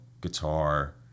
guitar